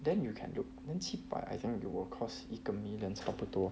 then you can look 能七百 I think you will cost 一个 million 差不多